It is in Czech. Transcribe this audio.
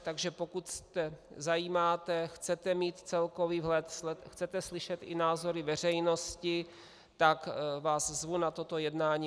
Takže pokud se zajímáte, chcete mít celkový vhled, chcete slyšet i názory veřejnosti, tak vás zvu na toto jednání.